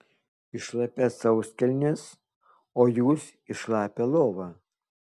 į šlapias sauskelnes o jūs į šlapią lovą